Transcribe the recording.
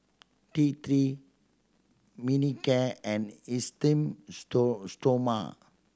T Three Manicare and Esteem Stoma